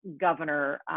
governor